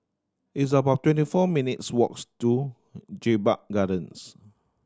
it's about twenty four minutes' walks to Jedburgh Gardens